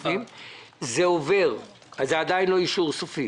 שזה עדיין לא אישור סופי,